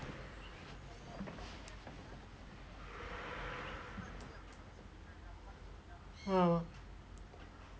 ah